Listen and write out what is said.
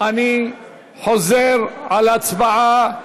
אני חוזר על הצבעה